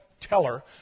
teller